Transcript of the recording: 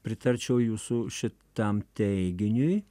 pritarčiau jūsų šitam teiginiui